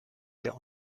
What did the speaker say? der